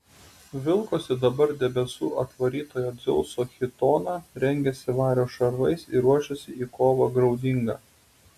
vilkosi dabar debesų atvarytojo dzeuso chitoną rengėsi vario šarvais ir ruošėsi į kovą graudingą